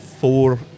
four